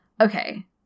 Okay